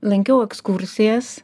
lankiau ekskursijas